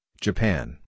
Japan